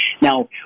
Now